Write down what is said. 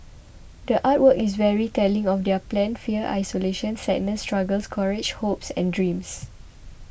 the art work is very telling of their pain fear isolation sadness struggles courage hopes and dreams